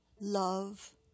love